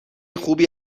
خوبی